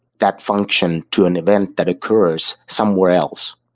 that function to an event that occurs somewhere else,